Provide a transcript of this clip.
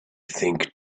think